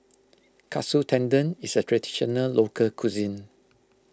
Katsu Tendon is a Traditional Local Cuisine